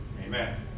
Amen